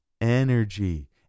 energy